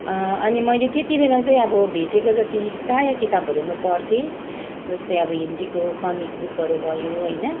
अनि मैले त्यतिबेला चाहिँ अब भेटेको जति प्राय किताबहरू म पढ्थेँ जस्तै अब हिन्दीको कमिक बुकहरू भयो होइन